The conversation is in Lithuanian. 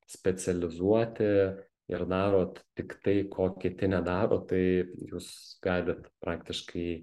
specializuoti ir darot tik tai ko kiti nedaro tai jūs galit praktiškai